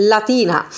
Latina